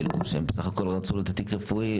שהם בסך הכול רצו את התיק הרפואי,